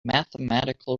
mathematical